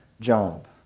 job